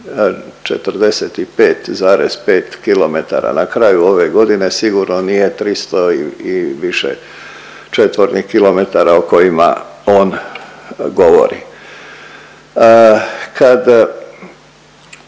45,5 km na kraju ove godine sigurno nije 300 i više četvornih kilometara o kojima on govori. Kad